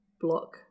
block